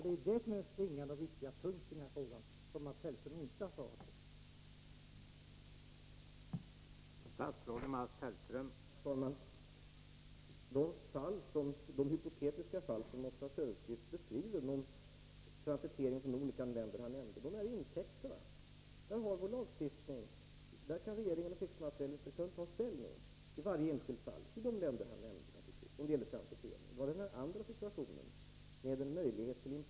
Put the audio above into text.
Det är det som är den springande och viktiga punkten i den här frågan och som Mats Hellström inte har svarat på.